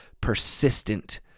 persistent